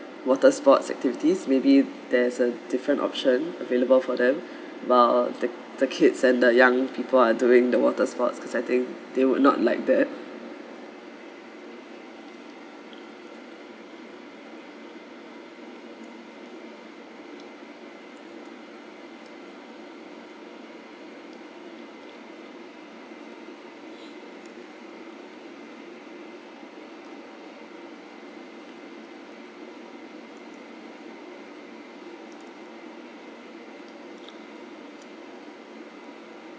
water sports activities maybe there's a different option available for them while the the kids and the young people are doing the water sports because I think they would not like that